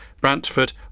Brantford